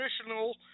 traditional